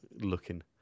looking